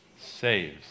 saves